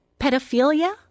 pedophilia